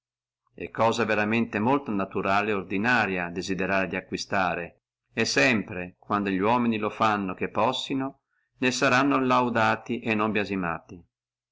è cosa veramente molto naturale et ordinaria desiderare di acquistare e sempre quando li uomini lo fanno che possano saranno laudati o non biasimati